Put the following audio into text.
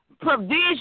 provision